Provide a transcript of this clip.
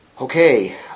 Okay